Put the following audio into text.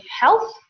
health